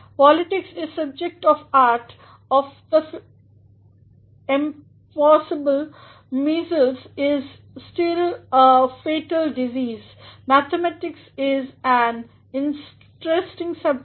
politics is the art of the impossible measles is still a fatal disease mathematics is an interesting subject